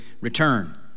return